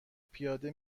پیاده